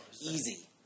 Easy